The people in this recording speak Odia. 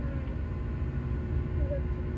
ହୁଁ ଠିକ୍ ଅଛି